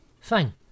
Fine